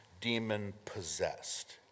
demon-possessed